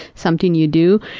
something you do,